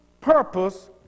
purpose